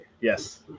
Yes